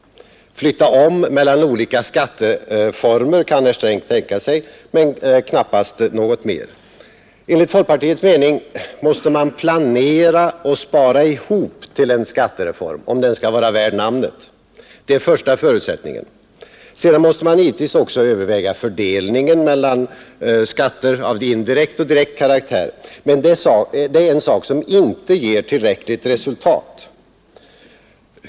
Flytta om mellan olika skatteformer kan herr Sträng tänka sig, men knappast något mer. Enligt folkpartiets mening måste man planera och spara ihop till en skattereform om den skall vara värd namnet. Det är första förutsättningen. Sedan måste man givetvis också överväga fördelningen av skatterna på direkta och indirekta former, men det är en sak som inte ger tillräckligt resultat.